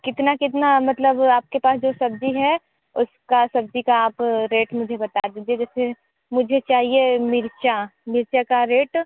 कितना कितना मतलब आप के पास जो सब्ज़ी है उसका सब्ज़ी का आप रेट मुझे बता दीजिए जैसे मुझे चाहिए मिर्च मिर्च का रेट